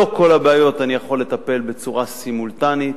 לא בכל הבעיות אני יכול לטפל בצורה סימולטנית,